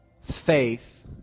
faith